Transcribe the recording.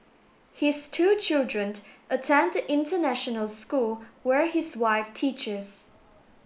his two children attend the international school where his wife teaches